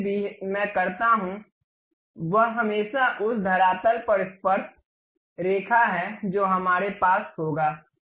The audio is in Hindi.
जो कुछ भी मैं करता हूं वह हमेशा उस धरातल पर स्पर्शरेखा है जो हमारे पास होगा